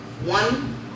One